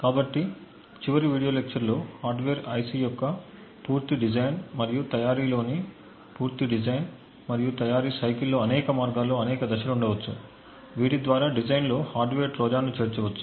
కాబట్టి చివరి video lecture లో హార్డ్వేర్ ఐసి యొక్క పూర్తి డిజైన్ మరియు తయారీ సమయంలోని పూర్తి డిజైన్ మరియు తయారీ సైకిల్ లో అనేక మార్గాల్లో అనేక దశలు ఉండవచ్చు వీటి ద్వారా డిజైన్లో హార్డ్వేర్ ట్రోజన్ను చేర్చవచ్చు